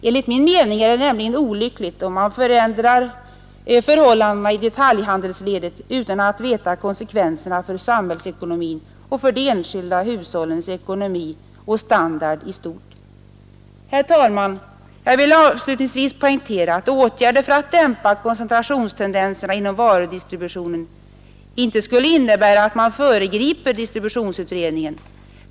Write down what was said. Enligt min mening är det nämligen olyckligt om man förändrar förhållandena i detaljhandelsledet utan att veta konsekvenserna för samhällsekonomin och för de enskilda hushållens ekonomi och standard i stort. Herr talman! Jag vill avslutningsvis poängtera att åtgärder för att dämpa koncentrationstendenserna inom varudistributionen inte skulle innebära att man föregriper distributionsutredningen.